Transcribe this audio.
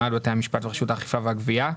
הנהלת בתי המשפט ורשות האכיפה והגבייה,